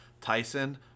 Tyson